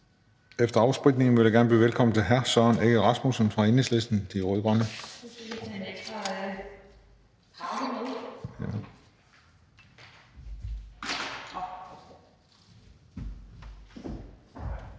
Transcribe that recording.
Efter afspritning vil jeg gerne byde velkommen til hr. Søren Egge Rasmussen fra Enhedslisten – De Rød-Grønne.